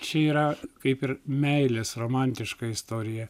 čia yra kaip ir meilės romantiška istorija